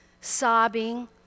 sobbing